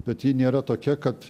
bet ji nėra tokia kad